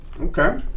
Okay